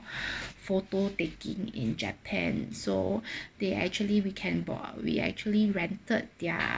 photo taking in japan so they actually we can boa~ we actually rented their